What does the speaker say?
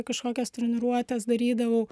kažkokias treniruotes darydavau